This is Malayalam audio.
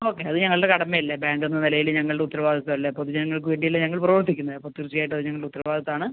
ഓക്കെ അത് ഞങ്ങളുടെ കടമ അല്ലേ ബാങ്ക് എന്ന നിലയിൽ ഞങ്ങളുടെ ഉത്തരവാദിത്തം അല്ലേ പൊതു ജനങ്ങൾക്ക് വേണ്ടി അല്ലേ ഞങ്ങൾ പ്രവർത്തിക്കുന്നത് അപ്പോൾ തീർച്ചയായിട്ടും അത് ഞങ്ങളുടെ ഉത്തരവാദിത്തം ആണ്